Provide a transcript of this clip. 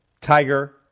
Tiger